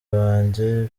banjye